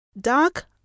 dark